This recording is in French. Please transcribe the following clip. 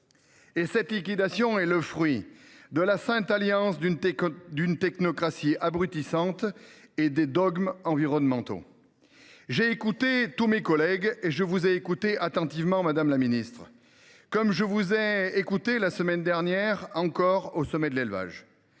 ! Cette liquidation est le fruit de la Sainte Alliance d’une technocratie abrutissante et des dogmes environnementaux. J’ai écouté tous mes collègues, et je vous ai écoutée attentivement, madame la ministre, comme je l’avais fait la semaine dernière lors du sommet de l’élevage.